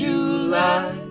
July